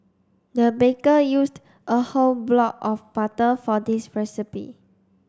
the baker used a whole block of butter for this recipe